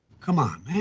come on, man.